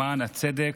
למען הצדק